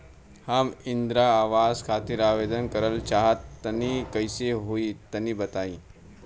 हम इंद्रा आवास खातिर आवेदन करल चाह तनि कइसे होई तनि बताई?